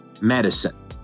Medicine